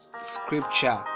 scripture